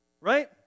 Right